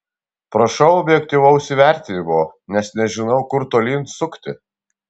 prašau objektyvaus įvertinimo nes nežinau kur tolyn sukti